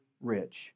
rich